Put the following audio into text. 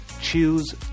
Choose